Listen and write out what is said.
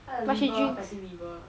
她的 liver fatty liver